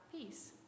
peace